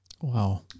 Wow